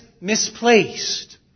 misplaced